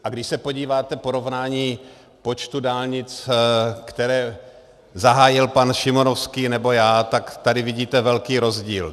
A když se podíváte na porovnání počtu dálnic, které zahájil pan Šimonovský, nebo já, tak tady vidíte velký rozdíl.